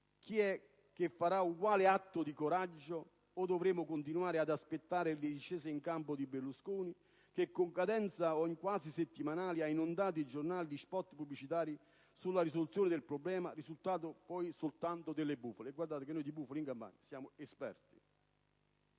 chi è che farà uguale atto di coraggio oppure se dovremo continuare a d aspettare le discese in campo di Berlusconi che, con cadenza quasi settimanale, ha inondato i giornali di spot pubblicitari sulla risoluzione del problema, risultato poi assimilabile soltanto a una bufala, argomento di cui in Campania siamo esperti.